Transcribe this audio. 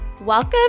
Welcome